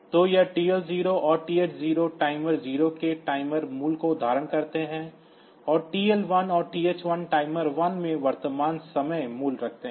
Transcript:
तो यह TL0 और TH0 टाइमर 0 के टाइमर मूल्य को धारण करते हैं और TL1 और TH1 टाइमर 1 में वर्तमान समय मूल्य रखते हैं